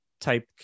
Type